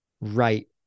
right